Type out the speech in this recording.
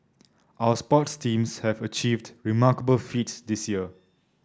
our sports teams have achieved remarkable feats this year